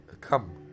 come